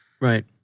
right